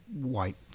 white